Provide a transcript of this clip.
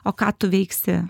o ką tu veiksi